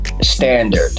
standard